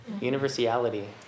Universality